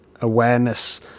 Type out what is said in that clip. awareness